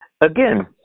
again